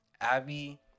Abby